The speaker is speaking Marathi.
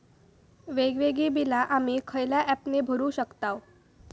वेगवेगळी बिला आम्ही खयल्या ऍपने भरू शकताव?